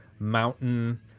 Mountain